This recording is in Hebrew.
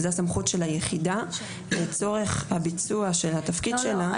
זה הסמכות של היחידה לצורך הביצוע של התפקיד שלה.